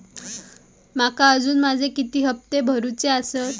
माका अजून माझे किती हप्ते भरूचे आसत?